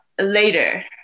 later